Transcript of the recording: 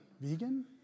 Vegan